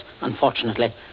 unfortunately